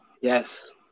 Yes